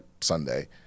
Sunday